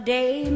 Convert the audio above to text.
day